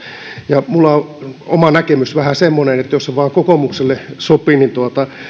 minulla on oma näkemys vähän semmoinen että jos se vain kokoomukselle sopii